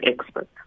experts